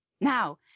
Now